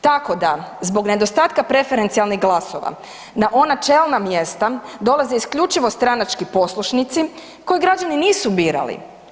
Tako da zbog nedostatka preferencijalnih glasova na ona čelna mjesta dolaze isključivo stranački poslušnici koje građani nisu birali.